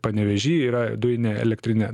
panevėžy yra dujinė elektrinė